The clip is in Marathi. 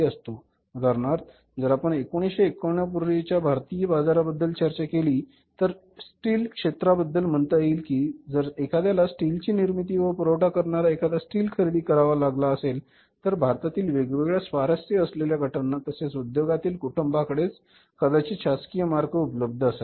उदाहरणार्थ जर आपण 1991 पूर्वीच्या भारतीय बाजाराबद्दल चर्चा केली तर स्टील क्षेत्राबद्दल म्हणता येईल कि जर एखाद्याला स्टीलची निर्मिती व पुरवठा करणारा एखादा स्टील खरेदी करावा लागला असेल तर भारतातील वेगवेगळ्या स्वारस्य असलेल्या गटांना तसेच उद्योगातील कुटुंबांकडेच कदाचित शासकीय मार्ग उपलब्ध असायचे